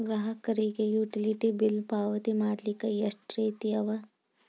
ಗ್ರಾಹಕರಿಗೆ utility bill ಪಾವತಿ ಮಾಡ್ಲಿಕ್ಕೆ ಎಷ್ಟ ರೇತಿ ಅವ?